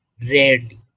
rarely